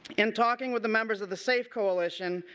in talking with the members of the safecoalition,